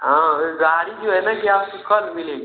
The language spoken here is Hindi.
हाँ गाड़ी जो है ना यह आपको कल मिलेगी